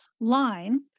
line